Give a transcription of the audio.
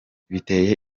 biteye